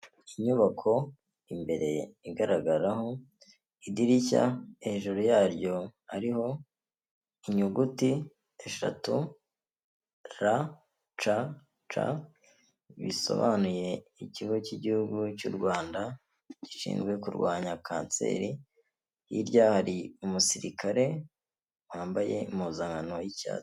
Inyubako imbere igaragaraho idirishya hejuru yaryo ari inyuguti eshatu bisobanuye ikigo cy'igihugu cyu rwanda gishinzwe kurwanya kanseri hirya hari umusirikare wambaye impuzankano y'icyatsi.